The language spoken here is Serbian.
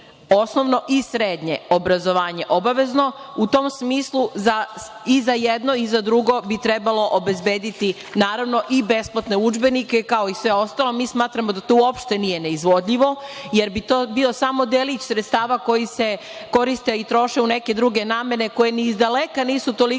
osnovno i srednje obrazovanje obavezno, tu tom smislu i za jedno i za drugo bi trebalo obezbediti i besplatne udžbenike, kao i sve ostalo. Mi smatramo da to uopšte nije neizvodljivo, jer bi to bio samo delić sredstava koji se koriste i troše u neke druge namene koje ni izdaleka nisu toliko bitne